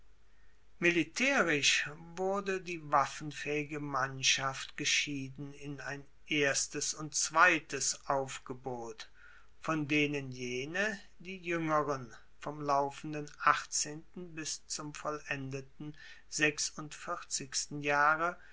militaerisch wurde die waffenfaehige mannschaft geschieden in ein erstes und zweites aufgebot von denen jene die juengeren vom laufenden achtzehnten bis zum vollendeten sechsundvierzigsten jahre